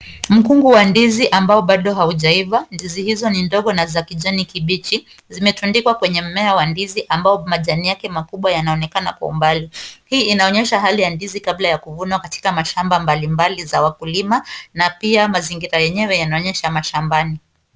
Mkungu wa ndizi ambao bado haujaiva. Ndizi hizo ni ndogo na za kijani kibichi. Zimetundikwa kwenye mmea wa ndizi ambao majani yake makubwa yanaonekana kwa umbali. Hii inaonyesha hali ya ndizi kabla ya kuvunwa katika mashamba mbalimbali za wakulima na pia mazingira yenyewe yanaonyesha mashambani.